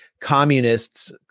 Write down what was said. communists